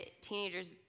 teenagers